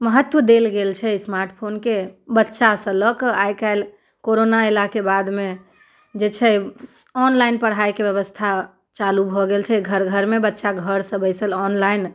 महत्व देल गेल छै स्मार्ट फोनके बच्चासँ लऽ कऽ आइ काल्हि कोरोना अयलाके बादमे जे छै ऑनलाइन पढ़ाइके व्यवस्था चालू भऽ गेल छै घर घरमे बच्चा घरसँ बैसल ऑनलाइन